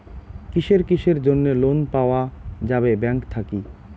কিসের কিসের জন্যে লোন পাওয়া যাবে ব্যাংক থাকি?